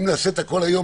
אם נעשה את הכול היום,